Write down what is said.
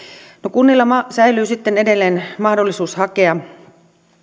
kunnilla säilyy sitten edelleen mahdollisuus hakea